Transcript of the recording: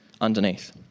underneath